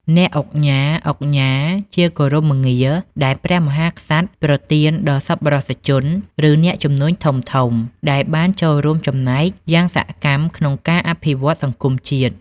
អ្នកឧកញ៉ា ឧកញ៉ា ជាគោរមងារដែលព្រះមហាក្សត្រប្រទានដល់សប្បុរសជន ឬអ្នកជំនួញធំៗ ដែលបានចូលរួមចំណែកយ៉ាងសកម្មក្នុងការអភិវឌ្ឍសង្គមជាតិ។